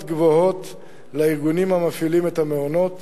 גבוהות לארגונים המפעילים את המעונות,